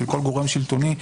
של כל גורם שלטוני,